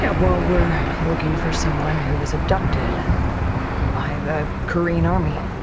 yeah, well, we're looking for someone who was abducted by the kryn army.